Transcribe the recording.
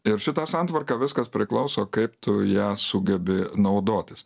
ir šita santvarka viskas priklauso kaip tu ja sugebi naudotis